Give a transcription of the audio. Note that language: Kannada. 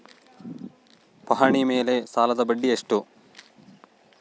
ಪಹಣಿ ಮೇಲೆ ಸಾಲದ ಬಡ್ಡಿ ಎಷ್ಟು?